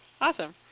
Awesome